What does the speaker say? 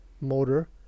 motor